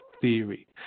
theory